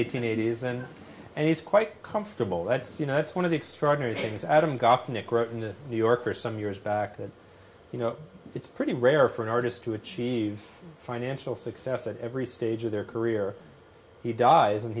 eighty eight isn't and he's quite comfortable that's you know that's one of the extraordinary things adam gopnik wrote in the new yorker some years back that you know it's pretty rare for an artist to achieve financial success at every stage of their career he dies and